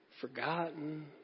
forgotten